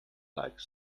like